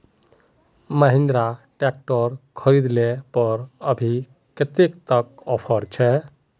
Mahindra tractor खरीद ले पर अभी कतेक तक ऑफर छे?